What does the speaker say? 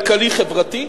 כלכלי-חברתי,